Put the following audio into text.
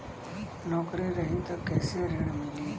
नौकरी रही त कैसे ऋण मिली?